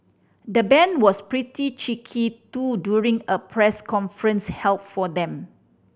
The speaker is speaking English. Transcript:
the band was pretty cheeky too during a press conference held for them